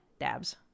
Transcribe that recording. Dabs